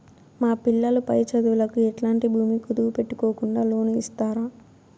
మా పిల్లలు పై చదువులకు ఎట్లాంటి భూమి కుదువు పెట్టుకోకుండా లోను ఇస్తారా